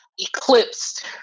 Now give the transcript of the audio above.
eclipsed